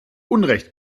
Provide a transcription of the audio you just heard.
unrecht